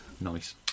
Nice